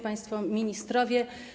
Państwo Ministrowie!